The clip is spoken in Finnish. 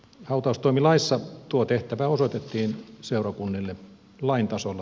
hautaustoimilaissa tuo tehtävä osoitettiin seurakunnille lain tasolla